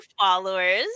followers